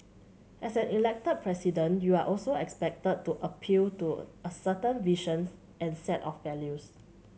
as an Elected President you are also expected to appeal to a certain visions and set of values